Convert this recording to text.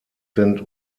sind